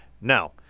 Now